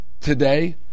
Today